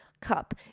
cup